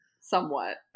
somewhat